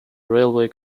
railway